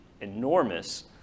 enormous